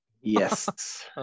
Yes